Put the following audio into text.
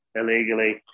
illegally